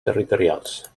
territorials